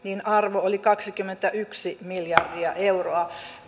arvo oli kaksikymmentäyksi miljardia euroa